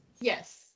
Yes